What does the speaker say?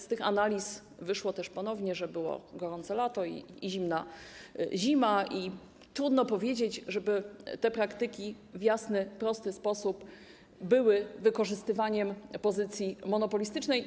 Z analiz wyszło ponownie, że było gorące lato i zimna zima, i trudno powiedzieć, żeby te praktyki w jasny, prosty sposób były wykorzystywaniem pozycji monopolistycznej.